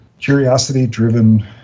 curiosity-driven